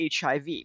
HIV